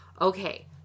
Okay